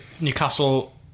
Newcastle